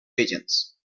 pigeons